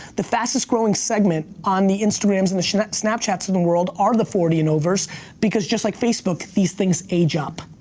the fastest growing segment on the instagrams and the snapchats in the world, are the forty and overs because just like facebook, these things age up.